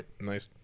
Nice